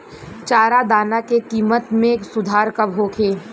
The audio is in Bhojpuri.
चारा दाना के किमत में सुधार कब होखे?